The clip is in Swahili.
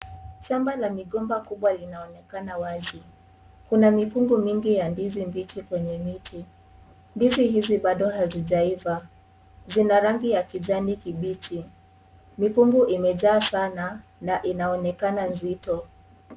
Shamba la migomba kubwa linaonekana wazi, kuna mikungu mingi ya ndizi mbichi kwenye mti, ndizi hizi bado hazijaiva, zina rangi ya kijani kibichi, mikungu imejaa sana na inaonekana uzito.